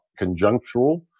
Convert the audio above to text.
conjunctural